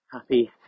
Happy